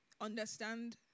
understand